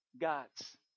gods